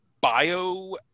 bio